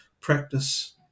practice